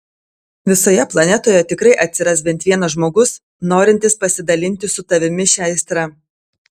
visoje planetoje tikrai atsiras bent vienas žmogus norintis pasidalinti su tavimi šia aistra